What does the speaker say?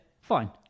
fine